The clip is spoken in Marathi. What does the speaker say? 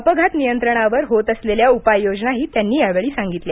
अपघात नियंत्रणावर होत असलेल्या उपाययोजनाही त्यांनी यावेळी सांगितल्या